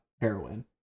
heroin